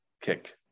kick